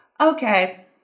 okay